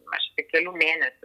mes čia tik kelių mėnesių